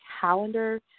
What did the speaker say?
calendar